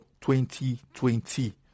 2020